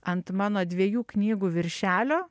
ant mano dviejų knygų viršelio